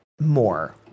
more